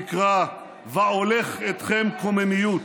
נקרא "ואולך אתכם קוממיות".